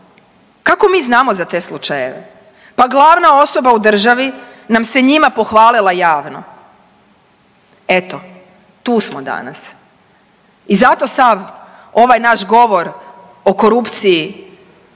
Kako mi znamo za te slučajeve? Pa glavna osoba u državi nam se njima pohvalila javno. Eto. Tu smo danas. I zato sav ovaj naš govor o korupciji